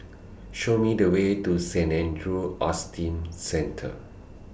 Show Me The Way to Saint Andrew's Autism Centre